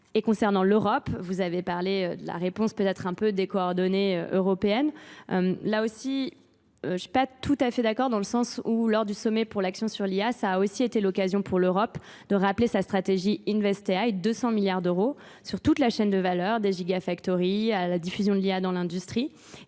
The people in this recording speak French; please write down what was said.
Et concernant l'Europe, vous avez parlé de la réponse peut-être un peu décoordonnée européenne. Là aussi, je ne suis pas tout à fait d'accord dans le sens où lors du sommet pour l'action sur l'IA, ça a aussi été l'occasion pour l'Europe de rappeler sa stratégie InvestEI, 200 milliards d'euros sur toute la chaîne de valeurs des Gigafactory, à la diffusion de l'IA dans l'industrie.